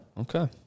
Okay